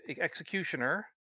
executioner